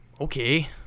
Okay